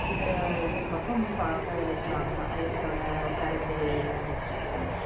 இவர இவரு பக்கம் பார்க்க வச்சாங்களாம் இவரு சொன்ன கருத்துக்களை எல்லாம் வச்சு